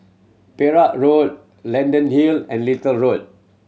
Perak Road Leyden Hill and Little Road